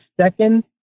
second